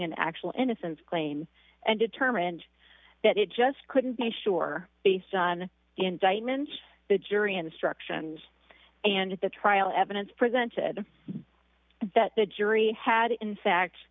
an actual innocence claim and determined that it just couldn't be sure based on the indictments the jury instructions and the trial evidence presented that the jury had in fact